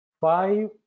five